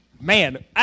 man